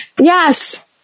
Yes